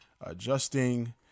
adjusting